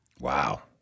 Wow